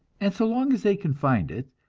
and so long as they can find it,